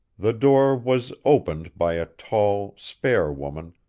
the door was opened by a tall, spare woman,